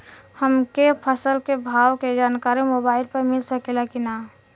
हमके फसल के भाव के जानकारी मोबाइल पर मिल सकेला की ना?